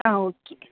ആ ഓക്കെ